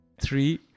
Three